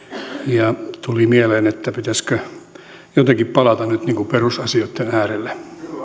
ja tuli mieleen että pitäisikö jotenkin palata nyt perusasioitten äärelle